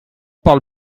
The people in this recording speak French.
parle